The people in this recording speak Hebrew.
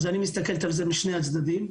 ואני מסתכלת על זה משני הצדדים,